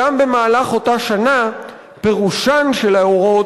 גם במהלך אותה שנה פירושן של ההוראות